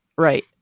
Right